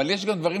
אבל יש גם דברים,